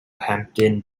hampden